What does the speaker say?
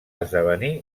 esdevenir